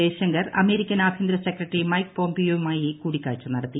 Jaishankar American ആഭ്യന്തര secretary Mike പോംപിയോയുമായി കൂടിക്കാഴ്ച നടത്തി